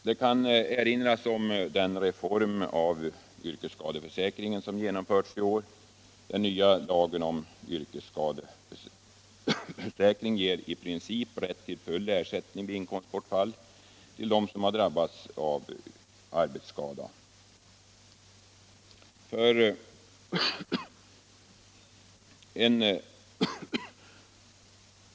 Det kan erinras om den reform av yrkesskadeförsäkringen som genomförts i år. Den nya lagen om arbetsskadeförsäkring ger i princip dem som drabbats av arbetsskada rätt till full ersättning vid inkomstbortfall.